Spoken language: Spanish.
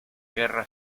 guerra